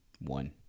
One